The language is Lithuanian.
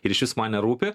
ir išvis man nerūpi